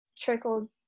trickled